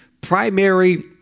primary